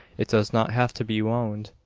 it does not have to be wound.